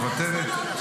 מוותרת,